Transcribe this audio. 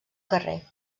carrer